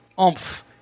oomph